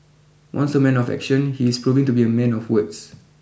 once a man of action he is proving to be a man of words